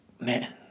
man